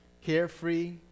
Carefree